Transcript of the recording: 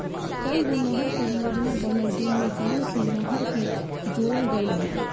कईगो नहर परियोजना बनल जेइमे गाँव से नहर के जोड़ल गईल बा